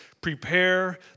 prepare